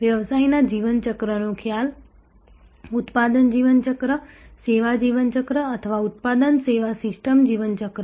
વ્યવસાયના જીવન ચક્રનો ખ્યાલ ઉત્પાદન જીવન ચક્ર સેવા જીવન ચક્ર અથવા ઉત્પાદન સેવા સિસ્ટમ જીવન ચક્ર